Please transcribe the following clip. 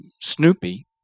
Snoopy